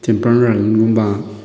temple ꯔꯟꯅꯤꯡꯒꯨꯝꯕ